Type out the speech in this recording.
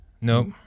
Nope